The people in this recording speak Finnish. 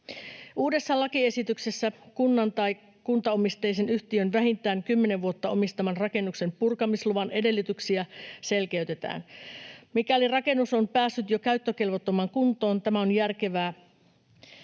Uudessa lakiesityksessä kunnan tai kuntaomisteisen yhtiön vähintään kymmenen vuotta omistaman rakennuksen purkamisluvan edellytyksiä selkeytetään. Mikäli rakennus on päässyt jo käyttökelvottomaan kuntoon, tämä on järkevää,